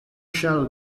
shell